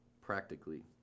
practically